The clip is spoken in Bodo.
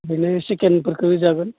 बिदिनो सेकेण्डफोरखौ होजागोन